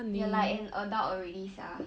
you're like an adult already sia